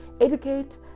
educate